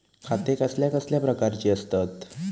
खाते कसल्या कसल्या प्रकारची असतत?